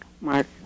mark